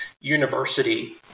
University